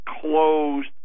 closed